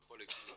הוא יכול להתקשר